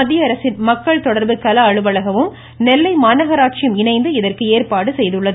மத்தியஅரசின் மக்கள் தொடர்பு கள அலுவலகமும் நெல்லை மாநகராட்சியும் இணைந்து இதற்கு ஏற்பாடு செய்திருந்தது